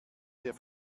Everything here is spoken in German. der